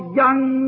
young